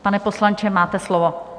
Pane poslanče, máte slovo.